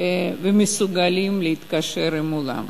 ומסוגלים לתקשר עם העולם.